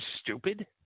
stupid